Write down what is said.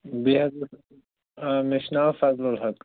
مےٚ آ مےٚ چھُ ناو فاضِل حق